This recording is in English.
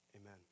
amen